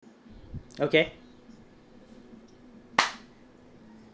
okay